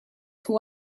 who